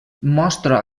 mostra